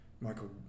Michael